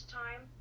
time